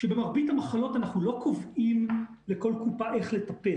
שבמרבית המחלות אנחנו לא קובעים לכל קופה איך לטפל.